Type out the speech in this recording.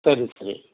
சரி சரி